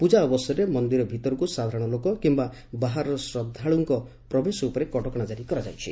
ପୂଜା ଅବସରରେ ମନ୍ଦିର ଭିତରକୁ ସାଧାରଣ ଲୋକ କିମ୍ଘା ବାହାରର ଶ୍ରଦ୍ଧାଳୁଙ୍କ ପ୍ରବେଶ ଉପରେ କଟକଣା ଜାରି କରାଯାଇଛି